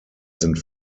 sind